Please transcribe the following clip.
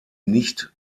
nicht